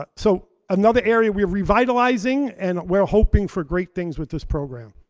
but so, another area we're revitalizing and we're hoping for great things with this program.